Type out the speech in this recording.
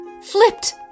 flipped